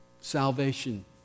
salvation